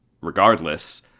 regardless